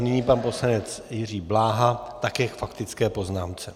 Nyní pan poslanec Jiří Bláha, také k faktické poznámce.